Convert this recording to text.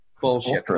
Bullshit